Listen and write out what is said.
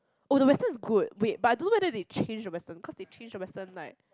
oh the western is good wait but I don't know whether they change the western cause the change the western like